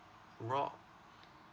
raw